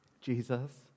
Jesus